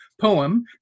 poem